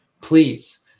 please